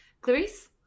Clarice